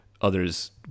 others